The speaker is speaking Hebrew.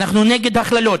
אנחנו נגד הכללות.